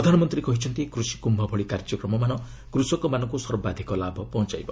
ପ୍ରଧାନମନ୍ତ୍ରୀ କହିଛନ୍ତି କୃଷିକ୍ୟୁ ଭଳି କାର୍ଯ୍ୟକ୍ରମମାନ କୃଷକମାନଙ୍କୁ ସର୍ବାଧିକ ଲାଭ ପହଞ୍ଚାଇବ